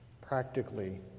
practically